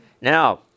Now